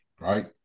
right